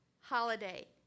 holiday